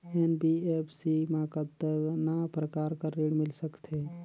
NBFC मा कतना प्रकार कर ऋण मिल सकथे?